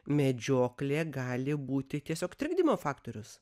medžioklė gali būti tiesiog trikdymo faktorius